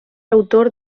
autor